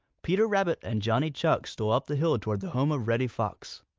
peter rabbit and johnny chuck stole up the hill toward the home of reddy fox.